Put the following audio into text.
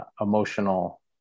emotional